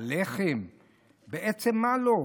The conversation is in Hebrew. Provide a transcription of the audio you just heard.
הלחם ובעצם מה לא.